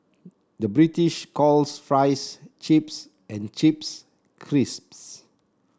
the British calls fries chips and chips crisps